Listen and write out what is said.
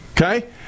okay